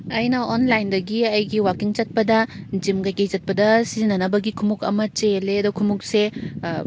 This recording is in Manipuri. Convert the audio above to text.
ꯑꯩꯅ ꯑꯣꯟꯂꯥꯏꯟꯗꯒꯤ ꯑꯩꯒꯤ ꯋꯥꯀꯤꯡ ꯆꯠꯄꯗ ꯖꯤꯝ ꯀꯩꯀꯩ ꯆꯠꯄꯗ ꯁꯤꯖꯤꯟꯅꯅꯕꯒꯤ ꯈꯣꯡꯎꯞ ꯑꯃ ꯆꯦꯜꯂꯦ ꯑꯗꯣ ꯈꯣꯡꯎꯞꯁꯦ